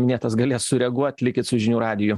minėtas galės sureaguot likit su žinių radiju